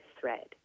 thread